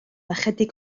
ychydig